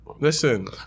Listen